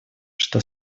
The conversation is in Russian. что